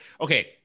okay